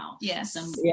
Yes